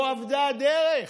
פה אבדה הדרך.